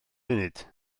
funud